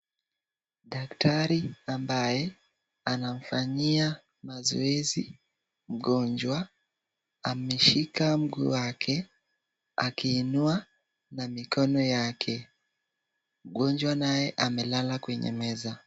Daktari ambaye anamfanyia mazoezi mgonjwa ameshika mguu wake akiinua na mikono yake. Mgonjwa naye amelala kwenye meza.